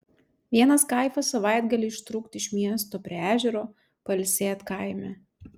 vienas kaifas savaitgalį ištrūkt iš miesto prie ežero pailsėt kaime